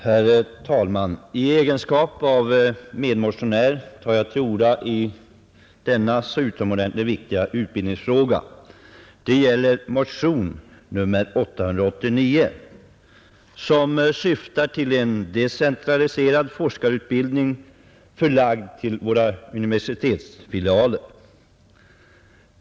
Herr talman! I egenskap av medmotionär tar jag till orda i denna så utomordentligt viktiga utbildningsfråga. Det gäller motion nr 889, som syftar till en decentraliserad forskarutbildning, förlagd till våra universitetsfilialer.